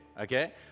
okay